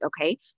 okay